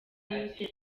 martin